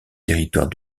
territoire